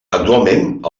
actualment